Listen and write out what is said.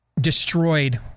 destroyed